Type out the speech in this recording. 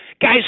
guy's